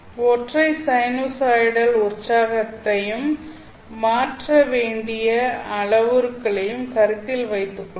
ஒற்றை சைனூசாய்டல் உற்சாகத்தையும் மற்றும் வேண்டிய அளவுருக்களையும் கருத்தில் வைத்துக் கொள்வோம்